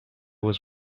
was